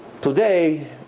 Today